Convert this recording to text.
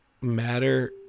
matter